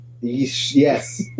Yes